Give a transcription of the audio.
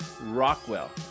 rockwell